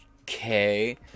Okay